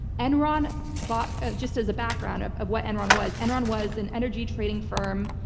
enron bought just as a background of of what enron was, enron was an energy trading firm.